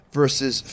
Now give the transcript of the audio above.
versus